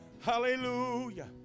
Hallelujah